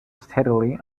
steadily